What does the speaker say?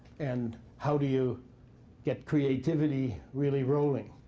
and how do you get creativity really rolling?